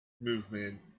Movement